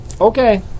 Okay